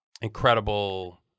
incredible